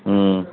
हूं